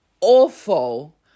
awful